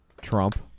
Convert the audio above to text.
Trump